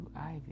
Ivy